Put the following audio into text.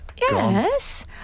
Yes